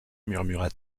murmura